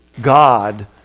God